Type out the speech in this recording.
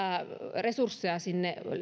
resursseja sinne